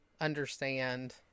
understand